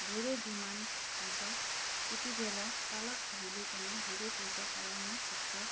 धेरै डिमान्ड हुन्छ त्यति बेला चालकहरूले पनि धेरै पैसा कमाउन सक्छ